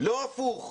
לא הפוך.